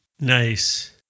Nice